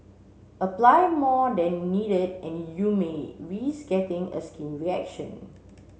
apply more than needed and you may risk getting a skin reaction